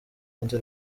götze